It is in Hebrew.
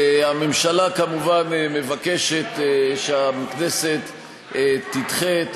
הממשלה כמובן מבקשת שהכנסת תדחה את